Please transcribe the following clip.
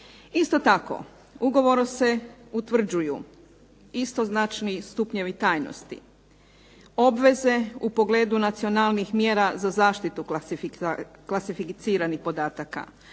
Isto tako ugovorom se utvrđuju istoznačni stupnjevi tajnosti, obveze u pogledu nacionalnih mjera za zaštitu klasificiranih podataka,